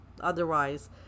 otherwise